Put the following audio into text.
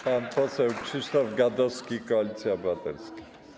Pan poseł Krzysztof Gadowski, Koalicja Obywatelska.